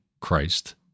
Christ